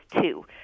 two